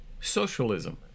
socialism